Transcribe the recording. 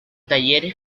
talleres